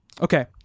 Okay